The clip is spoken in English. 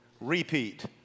Repeat